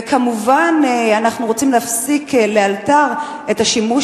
ומובן שאנחנו רוצים להפסיק לאלתר את השימוש